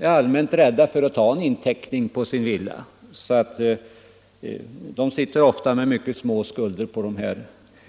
i allmänhet rädda för att ta en inteckning på huset. Därför sitter de med mycket små skulder på villan.